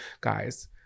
Guys